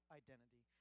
identity